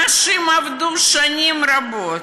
אנשים עבדו שנים רבות.